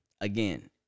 again